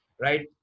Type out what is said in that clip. right